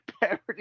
parody